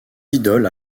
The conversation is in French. idoles